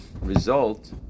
result